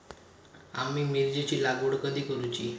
आम्ही मिरचेंची लागवड कधी करूची?